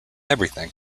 everything